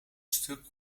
stuk